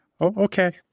okay